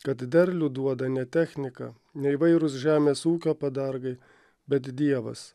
kad derlių duoda ne technika ne įvairūs žemės ūkio padargai bet dievas